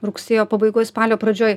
rugsėjo pabaigoj spalio pradžioj